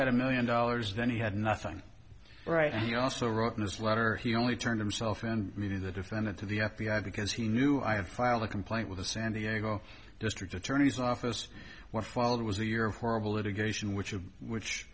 had a million dollars then he had nothing right and he also wrote in this letter he only turned himself and me to the defendant to the f b i because he knew i had filed a complaint with the san diego district attorney's office what followed was a year horrible litigation which of which